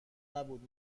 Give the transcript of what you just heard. نبود